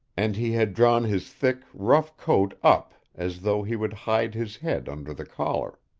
and he had drawn his thick, rough coat up as though he would hide his head under the collar.